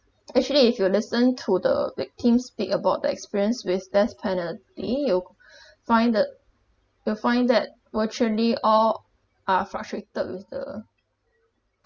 actually if you listen to the victim speak about the experience with death penalty you find that you'll find that were truly all are frustrated with the